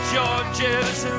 George's